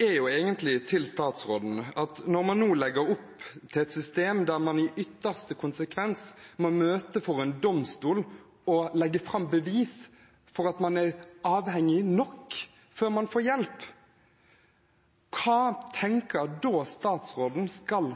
til statsråden er egentlig: Når man nå legger opp til et system der man i ytterste konsekvens må møte for en domstol og legge fram bevis for at man er avhengig nok før man får hjelp, hva tenker da statsråden skal